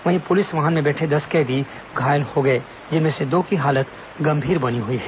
वहीं पुलिस वाहन में बैठे दस कैदी घायल हो गए जिनमें से दो की हालत गंभीर बनी हुई है